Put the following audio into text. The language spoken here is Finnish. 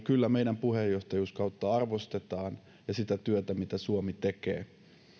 kyllä meidän puheenjohtajuuskautta arvostetaan ja sitä työtä mitä suomi tekee